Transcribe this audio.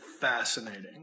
fascinating